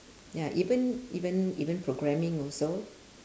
ya even even even programming also